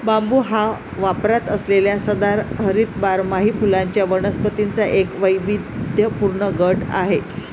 बांबू हा वापरात असलेल्या सदाहरित बारमाही फुलांच्या वनस्पतींचा एक वैविध्यपूर्ण गट आहे